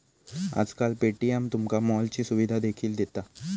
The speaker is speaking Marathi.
आजकाल पे.टी.एम तुमका मॉलची सुविधा देखील दिता